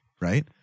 right